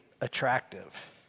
attractive